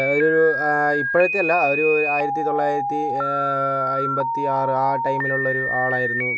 ഒരു ഇപ്പോഴത്തെയല്ല ഒരു ആയിരത്തിത്തൊള്ളായിരത്തി അയിമ്പത്തിയാറ് ആ ടൈമിലുള്ളൊരു ആളായിരുന്നു